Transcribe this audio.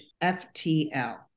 FTL